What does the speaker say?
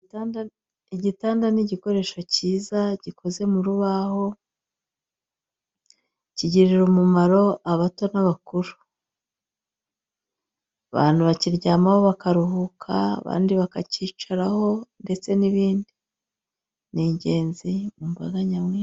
Igitanda n'igikoresho cyiza gikoze m'urubaho, kigirira umumaro abato n'abakuru. abantu bakiryamaho bakaruhuka bandi bakacyicaraho, ndetse n'ibindi, n'ingenzi mumbaga nyamwishi.